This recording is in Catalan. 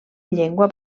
llengua